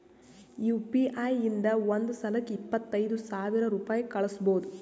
you P I ಇಂದ ಒಂದ್ ಸಲಕ್ಕ ಇಪ್ಪತ್ತೈದು ಸಾವಿರ ರುಪಾಯಿ ಕಳುಸ್ಬೋದು